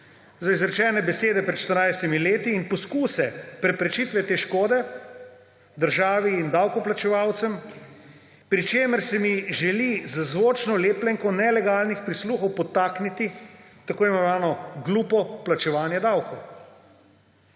za izrečene besede pred 14 leti in poskuse preprečitve te škode državi in davkoplačevalcem, pri čemer se mi želi z zvočno lepljenko nelegalnih prisluhov podtakniti tako imenovano glupo plačevanje davkov.